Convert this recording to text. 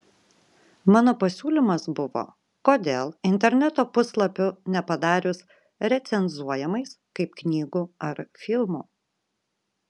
mano pasiūlymas buvo kodėl interneto puslapių nepadarius recenzuojamais kaip knygų ar filmų